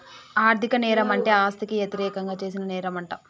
ఆర్ధిక నేరం అంటే ఆస్తికి యతిరేకంగా చేసిన నేరంమంట